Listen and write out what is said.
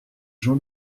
jean